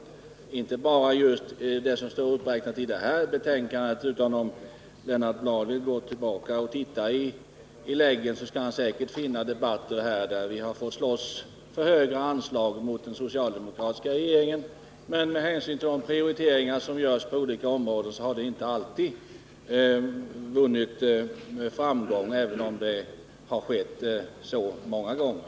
Det gäller inte bara just det som står uppräknat i det här betänkandet, utan om Lennart Bladh vill gå tillbaka och titta i läggen skall han säkert finna debatter där vi har fått slåss mot den socialdemokratiska regeringen för högre anslag. Men med hänsyn till de prioriteringar som görs på olika områden har vi inte alltid vunnit framgång, även om så har skett många gånger.